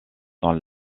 dans